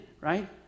right